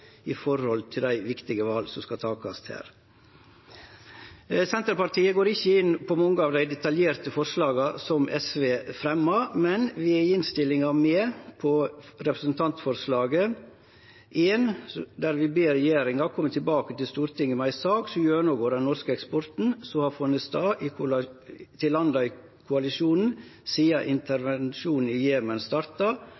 i dei viktige vala som skal takast her. Senterpartiet går ikkje inn på mange av dei detaljerte forslaga som SV fremjar, men vi er i innstillinga med på representantforslaget om å be regjeringa kome tilbake til Stortinget med ei sak som gjennomgår den norske eksporten til landa i koalisjonen sidan intervensjonen i Jemen starta, og at ein òg gjer greie for korleis